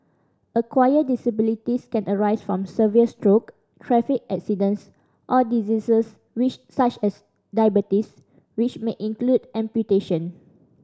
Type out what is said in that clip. acquired disabilities can arise from severe stroke traffic accidents or diseases which such as diabetes which may include amputation